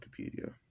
Wikipedia